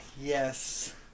yes